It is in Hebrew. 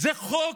זה חוק?